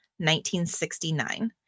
1969